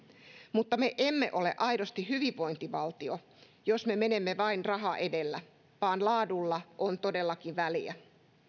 mutta me emme ole aidosti hyvinvointivaltio jos me menemme vain raha edellä vaan laadulla on todellakin väliä